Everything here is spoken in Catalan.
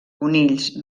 conills